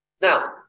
Now